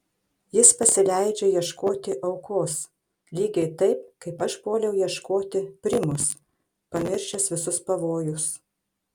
jis pasileidžia ieškoti aukos lygiai taip kaip aš puoliau ieškoti primos pamiršęs visus pavojus